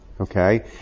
Okay